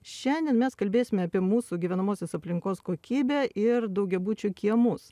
šiandien mes kalbėsime apie mūsų gyvenamosios aplinkos kokybę ir daugiabučių kiemus